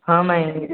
ହଁ ମାଇଁ